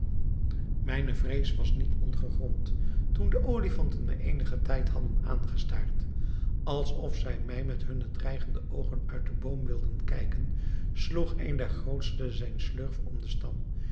mijne vrees was niet ongegrond toen de olifanten mij eenigen tijd hadden aangestaard als of zij mij met hunne dreigende ogen uit den boom wilden kijken sloeg een der grootste zijn slurf om den stam